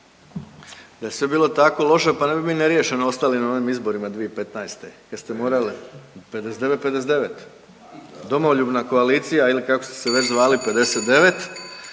da je sve bilo tako loše pa ne bi mi neriješeno ostali na onim izborima 2015. jer ste morali 59:59. Domoljubna koalicija ili kako su se već zvali 59